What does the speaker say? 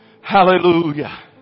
Hallelujah